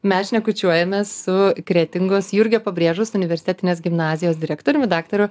mes šnekučiuojamės su kretingos jurgio pabrėžos universitetinės gimnazijos direktoriumi daktaru